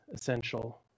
essential